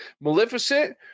Maleficent